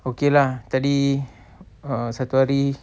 okay lah tadi a'ah satu hari